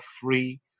free